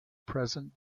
present